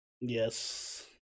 Yes